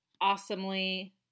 awesomely